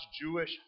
Jewish